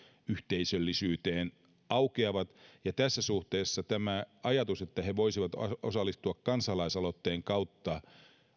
yhteisöllisyyteen aukeavat tässä suhteessa tämä ajatus että he voisivat osallistua kansalaisaloitteen kautta